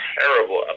terrible